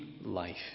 life